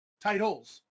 Titles